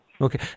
Okay